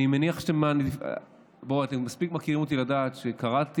אתם מספיק מכירים אותי כדי לדעת שקראתי,